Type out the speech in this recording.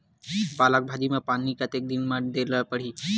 पालक भाजी म पानी कतेक दिन म देला पढ़ही?